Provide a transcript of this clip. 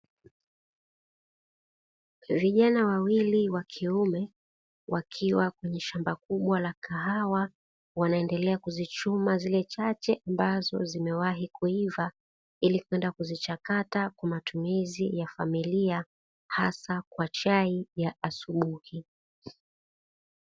Vijana wawili wa kiume wakiwa kwenye shamba kubwa la kahawa, wanaendelea kuzichuma zile chache ambazo zimewahi kuiva ili kwenda kuzichakata kwa matumizi ya familia hasa kwa chai ya asubuhi.